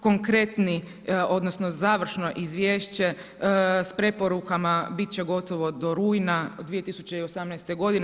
Konkretni odnosno završno izvješće s preporukama biti će gotovo do rujna 2018. godine.